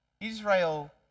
Israel